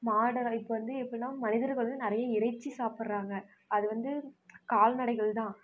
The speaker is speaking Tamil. மாடெல்லாம் இப்போ வந்து எப்படின்னா மனிதர்கள் வந்து நிறைய இறைச்சி சாபபிட்றாங்க அது வந்து கால்நடைகள் தான்